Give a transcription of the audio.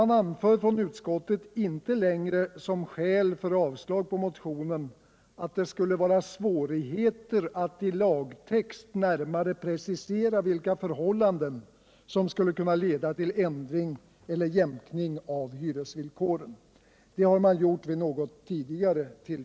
Utskottet anför inte längre som skäl för att avstyrka motionen att det skulle vara svårt att i lagtext närmare precisera vilka förhållanden som skulle kunna leda till ändring eller jämkning av hyresvillkoren.